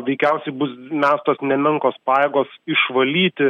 veikiausiai bus mestos nemenkos pajėgos išvalyti